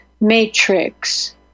matrix